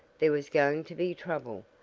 there was going to be trouble,